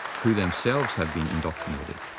who themselves have been indoctrinated.